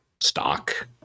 stock